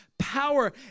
power